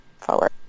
forward